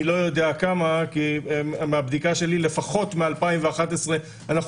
אני לא יודע כמה מהבדיקה שלי לפחות מ-2011 אנחנו